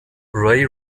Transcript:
ray